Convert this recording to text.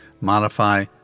modify